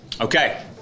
Okay